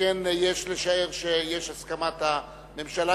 שכן יש לשער שיש הסכמת הממשלה,